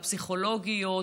הפסיכולוגיות,